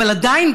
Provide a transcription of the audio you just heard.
אבל עדיין,